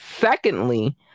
Secondly